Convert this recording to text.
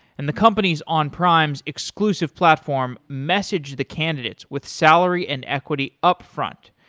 and the companies on prime's exclusive platform message the candidates with salary and equity upfront.